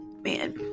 Man